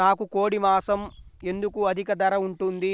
నాకు కోడి మాసం ఎందుకు అధిక ధర ఉంటుంది?